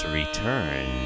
return